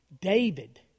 David